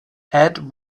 add